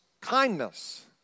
kindness